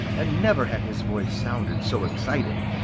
and never had his voice sounded so excited.